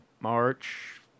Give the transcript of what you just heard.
March